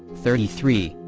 thirty three,